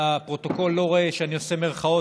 הפרוטוקול לא רואה שאני עושה מירכאות,